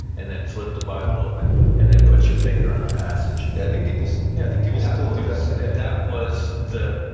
and then flip the bible open and then put your finger on a passage yeah, i think people yeah think people still do that today that was the,